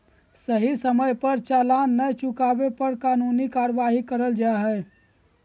सही समय पर चालान नय चुकावे पर कानूनी कार्यवाही करल जा हय